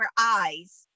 eyes